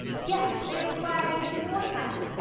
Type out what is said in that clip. yeah, they required even more time.